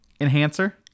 enhancer